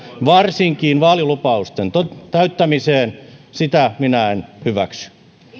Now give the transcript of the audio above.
varsinkin vaalilupausten täyttämiseen sitä minä en hyväksy